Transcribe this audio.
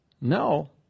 no